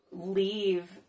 leave